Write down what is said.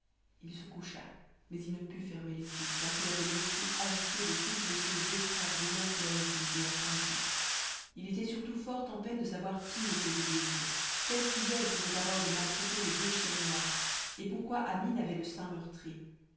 il se coucha mais il ne put fermer les yeux tant il avait l'esprit agité de toutes les choses extraordinaires qu'il avait vues et entendues il était surtout fort en peine de savoir qui était zobéide quel sujet elle pouvait avoir de maltraiter les deux chiennes noires et pourquoi amine avait le